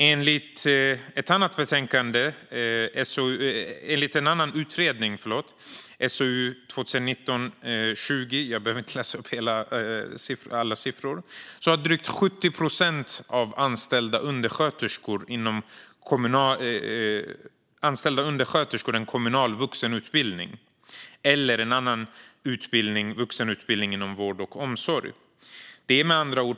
Enligt en annan utredning, SOU 2019:20, har drygt 70 procent av anställda undersköterskor en kommunal vuxenutbildning eller annan vuxenutbildning inom vård och omsorg.